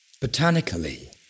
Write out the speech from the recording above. Botanically